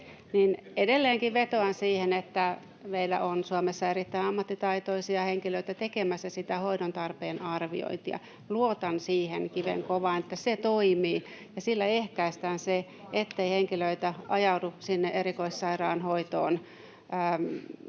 edelleenkin vetoan siihen, että meillä on Suomessa erittäin ammattitaitoisia henkilöitä tekemässä sitä hoidon tarpeen arviointia. Luotan siihen kivenkovaa, että se toimii ja sillä ehkäistään se, ettei henkilöitä ajaudu sinne erikoissairaanhoitoon.